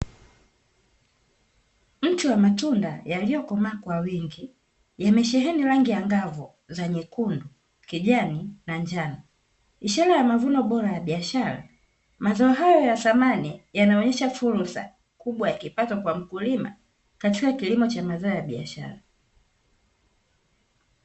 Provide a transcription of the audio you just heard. Mti wa matunda yaliyokomaa kwa wingi, yamesheheni rangi angavu za nyekundu, kijani, na njano; ishara ya mavuno bora ya biashara. Mazao hayo ya thamani yanaonyesha fursa kubwa ya kipato kwa mkulima katika kilimo cha mazao ya biashara.